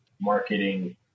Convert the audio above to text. marketing